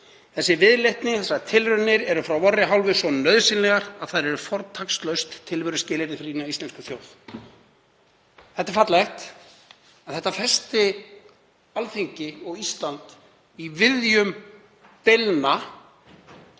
Þessi viðleitni, þessar tilraunir eru frá vorri hálfu svo nauðsynlegar, að þær eru fortakslaust tilveruskilyrði fyrir hina íslenzku þjóð.“ Þetta er fallegt, en þetta festi Alþingi og Ísland í viðjum deilna,